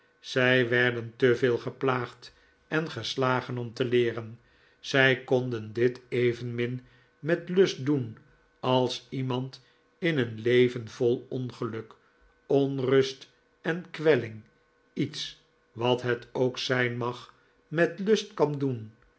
zij werden te veel geplaagd en geslagen om te leeren zij konden dit evenmin met lust doen als iemand in een leven vol ongeluk onrust en kwelling iets wat het ook zijn mag met lust kan doen